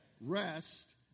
Rest